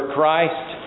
Christ